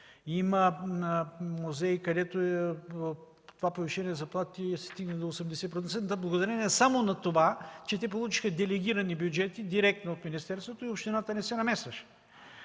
Има музеи, където това повишение на заплатите стигна до 80% благодарение само на това, че те получиха делегирани бюджети директно от министерството и общината не се намесваше.